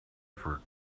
effort